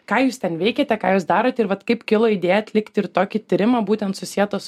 ką jūs ten veikiate ką jūs darote ir vat kaip kilo idėja atlikti ir tokį tyrimą būtent susietos